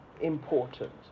important